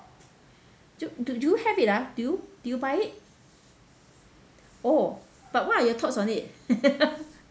do do you have it ah do you do you buy it oh but what are your thoughts on it